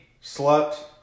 slept